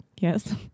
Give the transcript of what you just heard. Yes